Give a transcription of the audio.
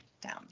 down